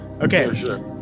Okay